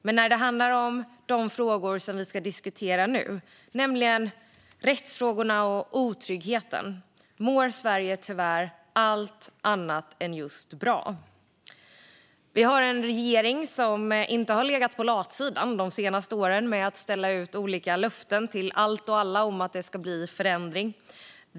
Men när det handlar om de frågor som vi ska diskutera nu, nämligen rättsfrågorna och otryggheten, mår Sverige tyvärr allt annat än just bra. Vi har en regering som inte har legat på latsidan de senaste åren med att ställa ut olika löften till allt och alla om att det ska bli förändring.